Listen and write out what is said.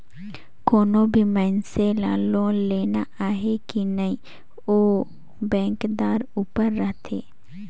कोनो भी मइनसे ल लोन देना अहे कि नई ओ बेंकदार उपर रहथे